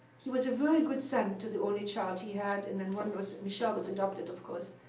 he was a very good son to the only child he had, and then one was michelle was adopted, of course.